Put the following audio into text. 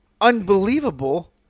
unbelievable